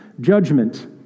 judgment